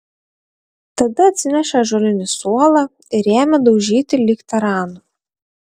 tada atsinešė ąžuolinį suolą ir ėmė daužyti lyg taranu